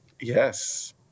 yes